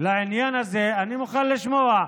לעניין הזה, אני מוכן לשמוע.